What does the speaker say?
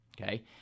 Okay